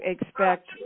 expect